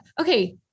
Okay